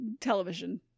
television